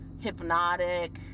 hypnotic